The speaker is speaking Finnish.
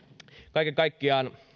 kaiken kaikkiaan